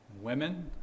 Women